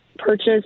purchase